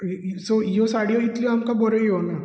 so ह्यो साडयो आमकां इतल्यो बऱ्यो येवंक ना